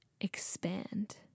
expand